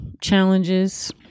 challenges